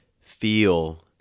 feel